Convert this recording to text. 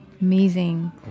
amazing